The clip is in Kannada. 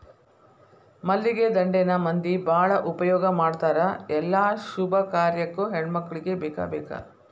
ಮಲ್ಲಿಗೆ ದಂಡೆನ ಮಂದಿ ಬಾಳ ಉಪಯೋಗ ಮಾಡತಾರ ಎಲ್ಲಾ ಶುಭ ಕಾರ್ಯಕ್ಕು ಹೆಣ್ಮಕ್ಕಳಿಗೆ ಬೇಕಬೇಕ